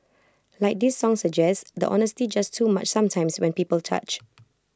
like this song suggests the honesty's just too much sometimes when people touch